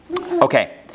Okay